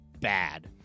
bad